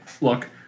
look